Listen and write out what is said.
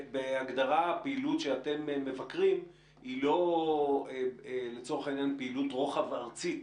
בהגדרה פעילות שאתם מבקרים היא לא לצורך העניין פעילות רוחב ארצית